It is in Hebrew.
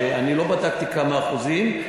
שאני לא בדקתי כמה אחוזים,